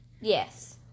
Yes